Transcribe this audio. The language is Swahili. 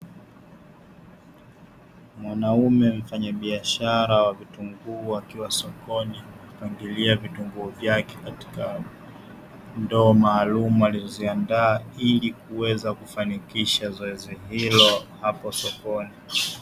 Mwanaume mfanyabiashara wa vitunguu akiwa sokoni, amepangilia vitunguu vyake katika ndoo maalumu, alizoziandaa ili kuweza kufanikisha zoezi hilo hapo sokoni.